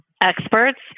experts